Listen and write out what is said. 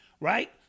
Right